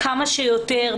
כמה שיותר,